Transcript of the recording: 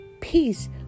Peace